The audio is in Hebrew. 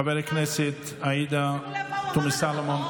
חברת הכנסת עאידה תומא סלימאן,